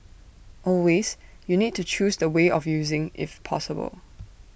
always you need to choose the way of using if possible